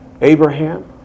Abraham